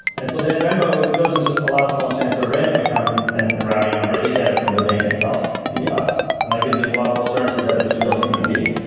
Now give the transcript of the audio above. and so then venmo doesn't just allow someone to answer a random account and and and routing number. they get it from the bank itself via us and that gives them a lot more certainty that it's a real human being.